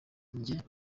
ngeze